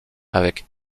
avec